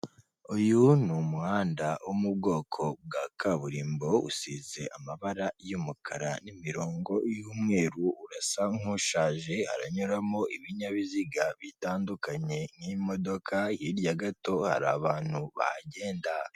Uyu n'umuhanda wo mu bwoko bwa kaburimbo, usize amabara y'umukara n'imirongo y'umweru, urasa nk'ushaje, haranyuramo ibinyabiziga bitandukanye nk'imodoka, hirya gato hari abantu bahagenda.